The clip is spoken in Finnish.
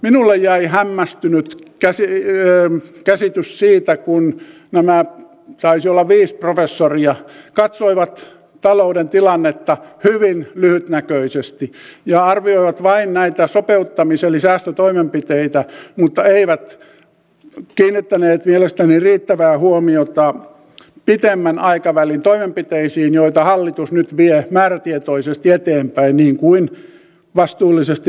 minulle jäi hämmästynyt käsitys siitä kun nämä taisi olla viisi professoria katsoivat talouden tilannetta hyvin lyhytnäköisesti ja arvioivat vain näitä sopeuttamis eli säästötoimenpiteitä mutta eivät kiinnittäneet mielestäni riittävää huomiota pitemmän aikavälin toimenpiteisiin joita hallitus nyt vie määrätietoisesti eteenpäin niin kuin vastuullisesti pitääkin tehdä